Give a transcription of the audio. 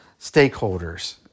stakeholders